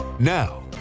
Now